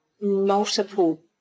multiple